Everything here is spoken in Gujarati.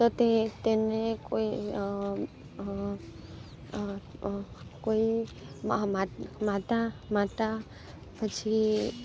તો તે તેને કોઈ કોઈ અ અ મા માતા પછી